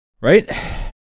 Right